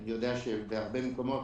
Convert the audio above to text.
אני יודע שבהרבה מקומות